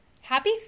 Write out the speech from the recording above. Happy